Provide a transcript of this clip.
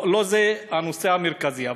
לא זה הנושא המרכזי,